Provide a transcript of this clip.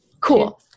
Cool